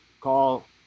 call